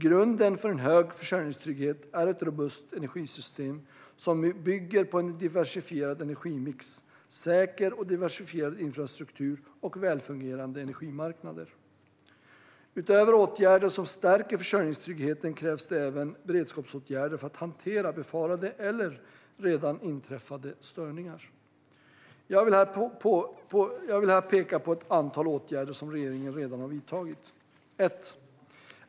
Grunden för en hög försörjningstrygghet är ett robust energisystem som bygger på en diversifierad energimix, säker och diversifierad infrastruktur och välfungerande energimarknader. Utöver åtgärder som stärker försörjningstryggheten krävs även beredskapsåtgärder för att hantera befarade eller redan inträffade störningar. Jag vill här peka på ett antal åtgärder som regeringen redan har vidtagit.